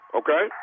okay